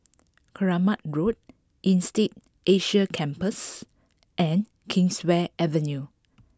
Kramat Road Insead Asia Campus and Kingswear Avenue